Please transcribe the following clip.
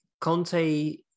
Conte